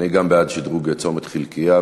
אני גם בעד שדרוג צומת חלקיה,